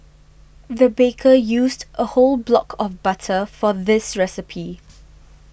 the baker used a whole block of butter for this recipe